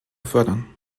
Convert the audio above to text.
fördern